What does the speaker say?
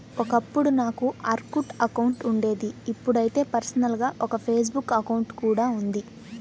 ఒకప్పుడు నాకు Orkut account ఉండేది ఇప్పుడైతే పర్సనల్ గా ఒక ఫేస్ బుక్ అకౌంట్ కూడా ఉంది